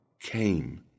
came